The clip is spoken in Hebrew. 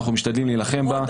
אנחנו משתדלים להילחם בה.